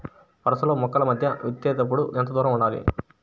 వరసలలో మొక్కల మధ్య విత్తేప్పుడు ఎంతదూరం ఉండాలి?